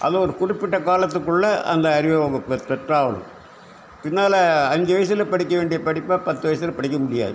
அதுவும் ஒரு குறிப்பிட்ட காலத்துக்குள்ளே அந்த அறிவை அவங்க பெற் பெற்றாவணும் பின்னால் அஞ்சு வயதில் படிக்க வேண்டிய படிப்பை பத்து வயதில் படிக்க முடியாது